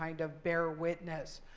kind of, bear witness,